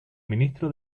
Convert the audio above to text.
ministro